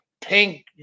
pink